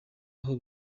aho